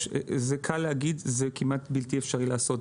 קל להגיד אבל זה כמעט בלתי אפשרי לעשות.